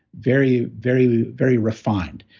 very, very, very refined.